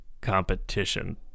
competition